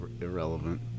irrelevant